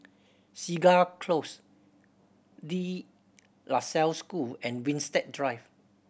Segar Close De La Salle School and Winstedt Drive